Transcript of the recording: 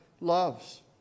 loves